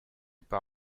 par